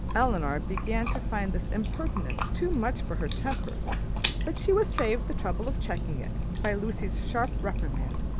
elinor began to find this impertinence too much for her temper but she was saved the trouble of checking it, by lucy's sharp reprimand,